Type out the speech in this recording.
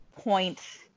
point